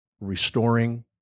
restoring